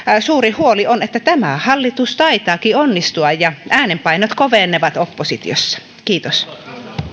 suuri huoli on että tämä hallitus taitaakin onnistua ja äänenpainot kovenevat oppositiossa kiitos